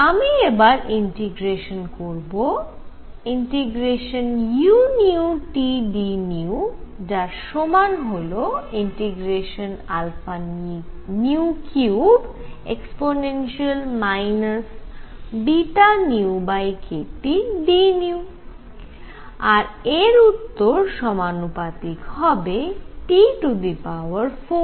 আমি এবার ইন্টিগ্রেশান করব ∫udν যার সমান হল ∫α3e βνkTdν আর এর উত্তর সমানুপাতিক হবে T4 এর